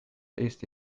eesti